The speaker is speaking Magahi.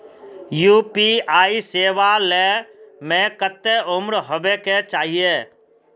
यु.पी.आई सेवा ले में कते उम्र होबे के चाहिए?